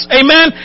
amen